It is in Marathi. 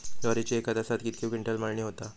ज्वारीची एका तासात कितके क्विंटल मळणी होता?